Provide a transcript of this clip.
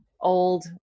old